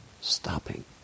stopping